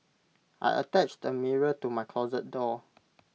I attached A mirror to my closet door